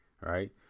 Right